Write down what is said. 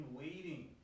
waiting